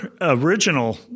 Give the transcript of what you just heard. original